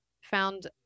found